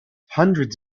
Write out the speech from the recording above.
hundreds